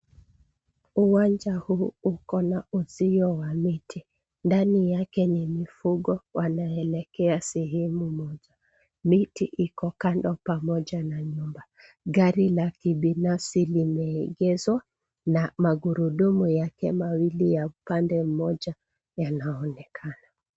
Uwanja huu uko na uzio wa miti. Ndani yake ni mifugo wanaelekea sehemu moja. Miti iko kando pamoja na nyumba. Gari la kibinafsi limeegezwa na magurudumu yake mawili ya upande mmoja yanaonekana.